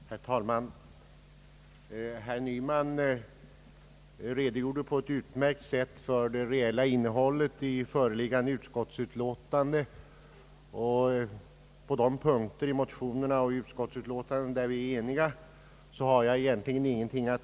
Herr talman! Herr Nyman redogjorde på ett utmärkt sätt för det reella innehållet i föreliggande utskottsutlåtande, och jag har egentligen ingenting att tillägga beträffande de punkter i motionerna och utskottsutlåtandet där vi är eniga.